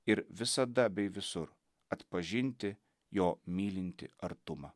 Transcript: ir visada bei visur atpažinti jo mylintį artumą